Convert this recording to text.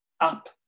up